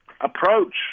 approach